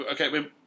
okay